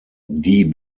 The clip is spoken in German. die